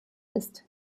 ist